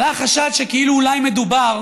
עלה חשד שכאילו אולי מדובר